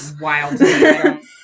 wild